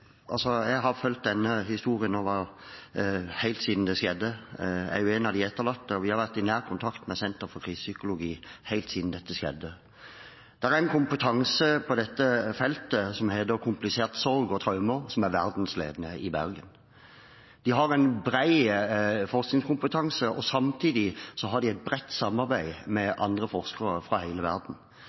vært i nær kontakt med Senter for Krisepsykologi helt siden dette skjedde. Der, i Bergen, er det en kompetanse på feltet komplisert sorg og traumer som er verdensledende. De har en bred forskningskompetanse, og samtidig har de et bredt samarbeid med andre forskere fra hele verden.